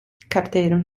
carteiro